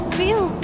feel